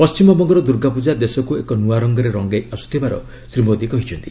ପଶ୍ଚିମବଙ୍ଗର ଦୁର୍ଗାପୂଜା ଦେଶକୁ ଏକ ନୂଆ ରଙ୍ଗରେ ରଙ୍ଗାଇ ଆସୁଥିବାର ଶ୍ରୀ ମୋଦୀ କହିଛନ୍ତି